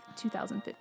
2015